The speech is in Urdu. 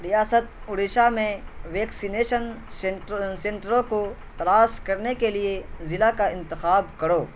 ریاست اڈیشا میں ویکسینیشن سینٹروں کو تلاش کرنے کے لیے ضلع کا انتخاب کرو